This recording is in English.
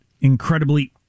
incredibly